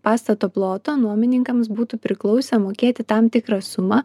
pastato ploto nuomininkams būtų priklausę mokėti tam tikrą sumą